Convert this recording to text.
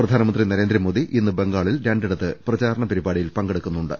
പ്രധാനമന്ത്രി നരേന്ദ്രമോദി ഇന്ന് ബംഗാളിൽ രണ്ടിടത്ത് പ്രചാരണ പരിപാടിയിൽ പങ്കെടുക്കുന്നുണ്ട്